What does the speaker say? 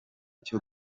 cyo